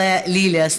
(אומרת דברים בשפה הרוסית.)